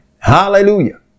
Hallelujah